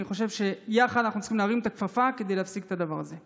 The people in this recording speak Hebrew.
אני חושב שיחד אנחנו צריכים להרים את הכפפה כדי להפסיק את הדבר הזה.